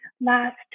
last